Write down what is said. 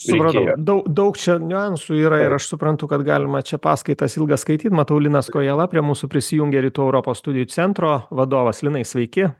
supratau dau daug čia niuansų yra ir aš suprantu kad galima čia paskaitas ilgas skaityt matau linas kojala prie mūsų prisijungia rytų europos studijų centro vadovas linai sveiki